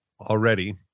already